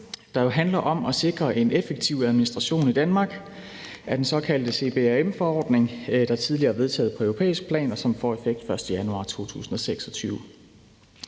der handler om at sikre en effektiv administration i Danmark af den såkaldte CBAM-forordning, der tidligere er vedtaget på europæisk plan, og som får effekt den 1. januar 2026.